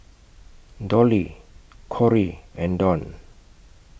Dolly Kory and Dawn